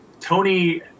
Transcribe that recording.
Tony